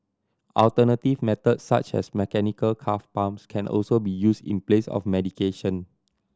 alternative methods such as mechanical calf pumps can also be use in place of medication